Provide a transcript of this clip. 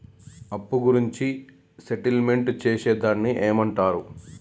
అప్పు గురించి సెటిల్మెంట్ చేసేదాన్ని ఏమంటరు?